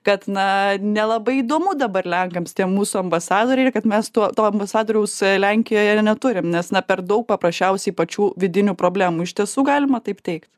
kad na nelabai įdomu dabar lenkams tie mūsų ambasadoriai ir kad mes tuo to ambasadoriaus lenkijoje ne neturim nes na per daug paprasčiausiai pačių vidinių problemų iš tiesų galima taip teigt